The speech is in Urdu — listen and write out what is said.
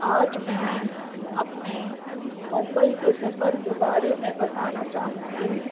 آج میں اپنے بمبئی کے سفر کے بارے میں بتانا چاہوں گی